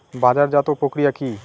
বাজারজাতও প্রক্রিয়া কি?